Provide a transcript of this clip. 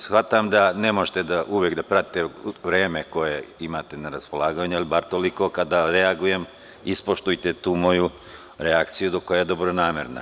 Shvatam da ne možete uvek da pratite vreme koje imate na raspolaganju, ali bar toliko kada reagujem, ispoštujte tu moju reakciju koja je dobronamerna.